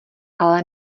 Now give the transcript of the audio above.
ale